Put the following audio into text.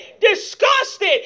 Disgusted